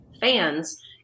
fans